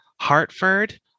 Hartford